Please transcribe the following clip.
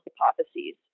hypotheses